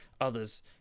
others